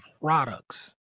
products